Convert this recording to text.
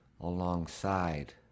alongside